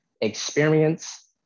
experience